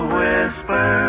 whisper